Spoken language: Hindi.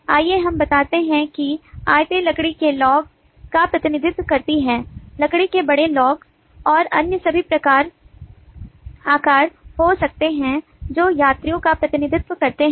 आइए हम बताते हैं कि आयतें लकड़ी के लॉग का प्रतिनिधित्व करती हैं लकड़ी के बड़े लॉग और अन्य सभी आकार हो सकते हैं जो यात्रियों का प्रतिनिधित्व करते हैं